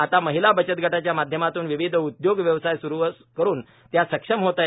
आता महिला बचतगटाच्या माध्यमातून विविध उद्योग व्यवसाय स्रु करुन त्या सक्षम होत आहे